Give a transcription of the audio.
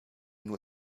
nur